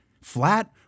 flat